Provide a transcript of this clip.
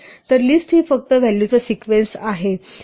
तर लिस्ट ही फक्त व्हॅलूचा सिक्वेन्स आहे